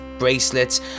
bracelets